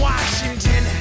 Washington